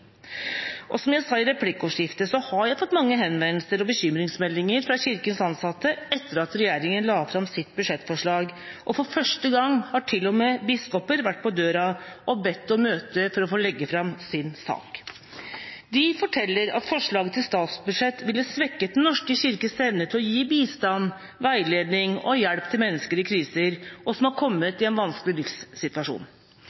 Som jeg sa i replikkordskiftet, har jeg fått mange henvendelser og bekymringsmeldinger fra Kirkens ansatte etter at regjeringa la fram sitt budsjettforslag. For første gang har til og med biskoper vært på døra og bedt om møte for å få legge fram sin sak. De forteller at forslaget til statsbudsjett ville svekket Den norske kirkes evne til å gi bistand, veiledning og hjelp til mennesker i krise, og som har